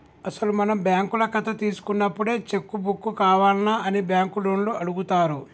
అసలు మనం బ్యాంకుల కథ తీసుకున్నప్పుడే చెక్కు బుక్కు కావాల్నా అని బ్యాంకు లోన్లు అడుగుతారు